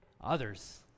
Others